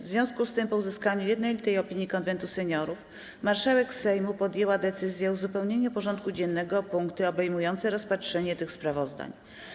W związku z tym, po uzyskaniu jednolitej opinii Konwentu Seniorów, marszałek Sejmu podjęła decyzję o uzupełnieniu porządku dziennego o punkty obejmujące rozpatrzenie tych sprawozdań.